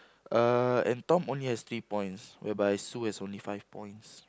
uh and Tom only has three points whereby Sue has only five points